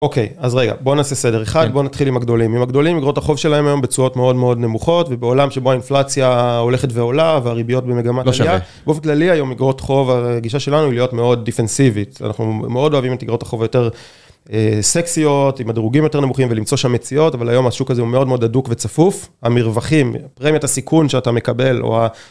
אוקיי, אז רגע, בוא נעשה סדר. אחד, בוא נתחיל עם הגדולים. עם הגדולים אגרות החוב שלהם היום בתשואות מאוד מאוד נמוכות, ובעולם שבו האינפלציה הולכת ועולה והריביות במגמת עלייה, לא שווה, באופן כללי היום אגרות חוב, הגישה שלנו היא להיות מאוד דיפנסיבית, אנחנו מאוד אוהבים את אגרות החוב היותר סקסיות, עם הדרוגים יותר נמוכים ולמצוא שם מציאות, אבל היום השוק הזה הוא מאוד מאוד הדוק וצפוף, המרווחים, פרמיית הסיכון שאתה מקבל, או ה...